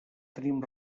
tenim